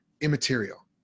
immaterial